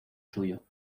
suyo